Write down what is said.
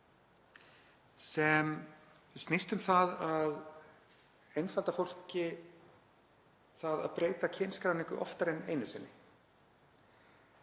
Hún snýst um það að einfalda fólki að breyta kynskráningu oftar en einu sinni.